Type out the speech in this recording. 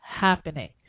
happening